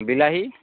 বিলাহী